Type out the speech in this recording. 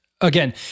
again